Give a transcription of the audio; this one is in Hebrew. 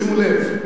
שימו לב,